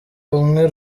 rumwe